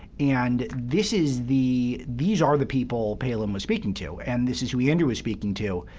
and this is the these are the people palin was speaking to, and this is who andrew was speaking to.